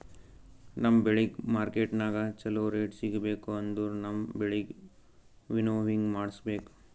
ನಮ್ ಬೆಳಿಗ್ ಮಾರ್ಕೆಟನಾಗ್ ಚೋಲೊ ರೇಟ್ ಸಿಗ್ಬೇಕು ಅಂದುರ್ ನಮ್ ಬೆಳಿಗ್ ವಿಂನೋವಿಂಗ್ ಮಾಡಿಸ್ಬೇಕ್